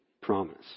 promise